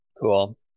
Cool